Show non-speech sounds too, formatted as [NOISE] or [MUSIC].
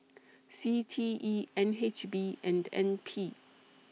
[NOISE] C T E N H B and N P